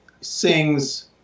Sings